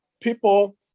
people